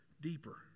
deeper